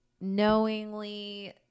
knowingly